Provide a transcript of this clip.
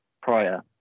prior